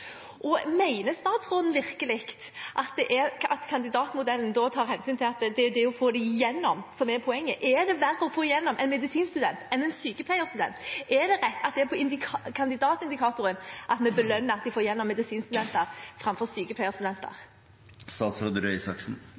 statsråden virkelig at kandidatmodellen da tar hensyn til at det er det å få dem igjennom som er poenget? Er det verre å få igjennom en medisinstudent enn en sykepleierstudent? Er det rett at vi på kandidatindikatoren belønner at de får igjennom medisinstudenter framfor sykepleierstudenter?